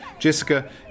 Jessica